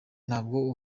ntabwo